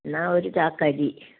എന്നാൽ ഒരു ചാക്ക് അരി